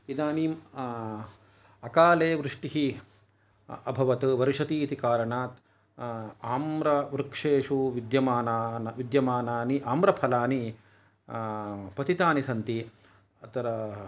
इदानीम् अकाले वृष्टिः अभवत् वर्षति इति कारणात् आम्रवृक्षेषु विद्यमानान विद्यमानानि आम्रफलानि पतितानि सन्ति अत्र